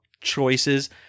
choices